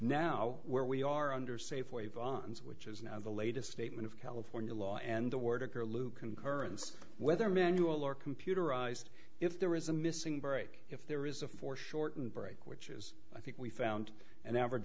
now where we are under safeway vons which is now the latest statement of california law and order lou concurrence whether manual or computerized if there is a missing break if there is a foreshortened break which is i think we found an average